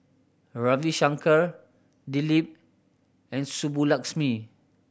Ravi Shankar Dilip and Subbulakshmi